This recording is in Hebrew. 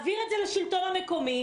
אולי נעביר למרכז השלטון המקומי.